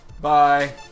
Bye